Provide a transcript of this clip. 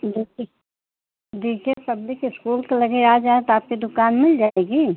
D K D K public school के लगे आ जाएँ तो आपकी दुकान मिल जाएगी